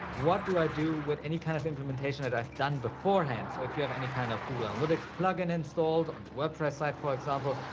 what do i do with any kind of implementation that i've done beforehand? so if you have any kind of google analytics plugin installed on your wordpress site, for example,